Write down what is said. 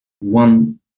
one